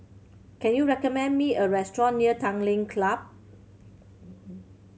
can you recommend me a restaurant near Tanglin Club